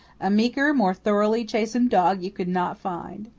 a meeker, more thoroughly chastened dog you could not find.